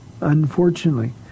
unfortunately